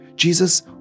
Jesus